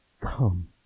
come